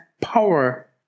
power